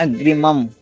अग्रिमम्